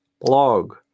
blog